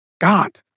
God